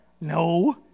No